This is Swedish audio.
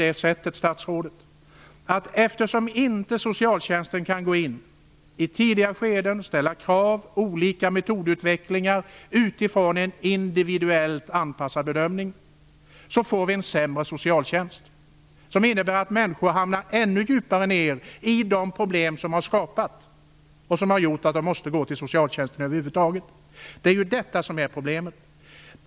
Eftersom socialtjänsten inte kan gå in i tidiga skeden och ställa krav på olika metodutvecklingar utifrån en individuellt anpassad bedömning får vi en sämre socialtjänst. Det innebär att människor hamnar ännu djupare ned i de problem som har skapats och som har gjort att de måste gå till socialtjänsten över huvud taget. Det är ju detta som är problemet.